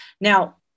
Now